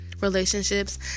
relationships